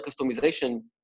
customization